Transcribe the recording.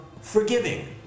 forgiving